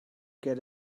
get